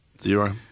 Zero